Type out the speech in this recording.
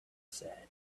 said